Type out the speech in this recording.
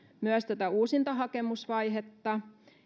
myös uusinta hakemusvaihetta